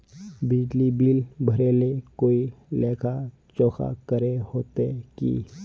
बिजली बिल भरे ले कोई लेखा जोखा करे होते की?